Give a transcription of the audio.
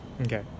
Okay